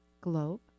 globe